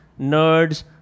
nerds